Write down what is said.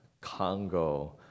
Congo